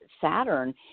Saturn